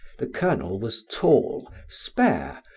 the colonel was tall, spare,